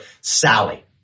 Sally